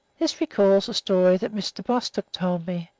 this recalls a story that mr. bostock told me,